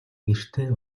гэртээ